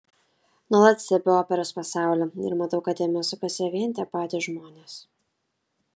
nuolat stebiu operos pasaulį ir matau kad jame sukasi vien tie patys žmonės